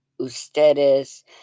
ustedes